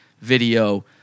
video